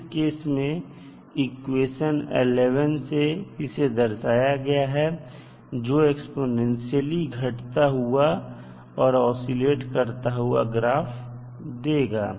इस केस में इक्वेशन 11 से इसे दर्शाया गया है जो एक्स्पोनेंशियल घटता हुआ एवं आशीलेट करता हुआ ग्राफ देगा